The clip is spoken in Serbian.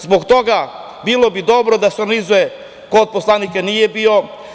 Zbog toga, bilo bi dobro da se organizuje, ko od poslanika nije bio.